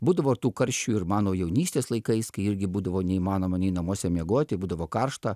būdavo ir tų karščių ir mano jaunystės laikais kai irgi būdavo neįmanoma nei namuose miegoti būdavo karšta